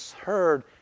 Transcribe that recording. heard